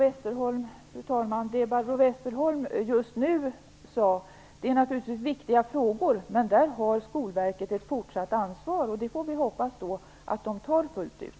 Fru talman! Det Barbro Westerholm tog upp är viktiga frågor. Där har Skolverket ett fortsatt ansvar. Vi får hoppas att verket tar det ansvaret fullt ut.